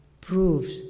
proves